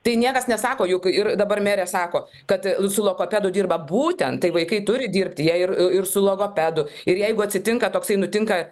tai niekas nesako juk ir dabar merė sako kad su logopedu dirba būtent tai vaikai turi dirbti jie ir su logopedu ir jeigu atsitinka toksai nutinka